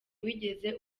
wigeze